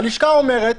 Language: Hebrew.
הלשכה אומרת: